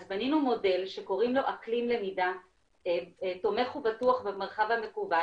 אז בנינו מודל שקוראים לו אקלים למידה תומך ובטוח במרחב המקוון